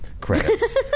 credits